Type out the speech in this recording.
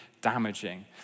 damaging